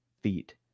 feet